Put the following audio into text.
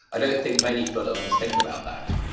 i don't think many firms think about that.